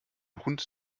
hund